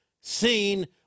seen